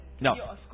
No